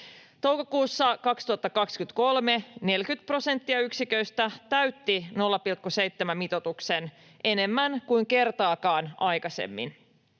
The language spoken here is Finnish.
toukokuussa 40 prosenttia yksiköistä täytti 0,7:n mitoituksen — enemmän kuin kertaakaan aikaisemmin.